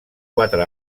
quatre